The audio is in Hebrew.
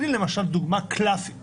הנה למשל דוגמה קלאסית